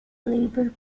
labour